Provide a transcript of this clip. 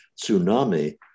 tsunami